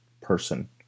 person